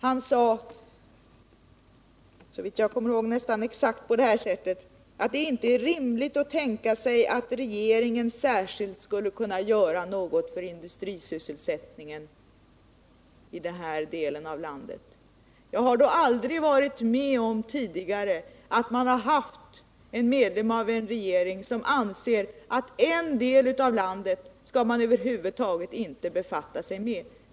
Han sade, såvitt jag kommer ihåg, nästan exakt på detta sätt: Det är inte rimligt att tänka sig att regeringen skulle göra något särskilt för industrisysselsättningen i den här delen av landet. Jag har då aldrig tidigare varit med om att en medlem av en regering ansett att en del av landet skall man över huvud taget inte befatta sig med.